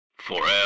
forever